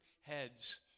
heads